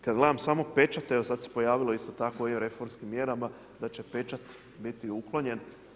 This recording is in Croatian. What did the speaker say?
Kad gledam samo pečat, evo sad se pojavilo, isto tako i o reformskim mjerama, da će pečat biti uklonjen.